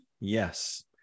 Yes